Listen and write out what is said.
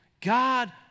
God